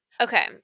Okay